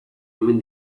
omen